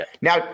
Now